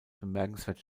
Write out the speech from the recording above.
bemerkenswert